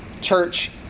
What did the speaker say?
church